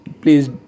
Please